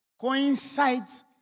coincides